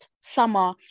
Summer